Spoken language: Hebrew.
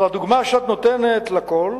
אבל הדוגמה שאת נותנת לכול,